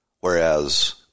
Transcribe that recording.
Whereas